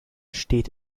steht